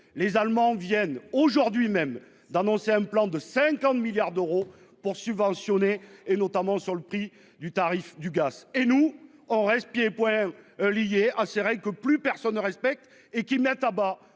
Les Allemands viennent aujourd'hui même d'annoncer un plan de 50 milliards d'euros pour subventionner et notamment sur le prix du tarif du gaz et nous on reste pieds et poings liés à ces règles que plus personne ne respecte et qui mettent à bas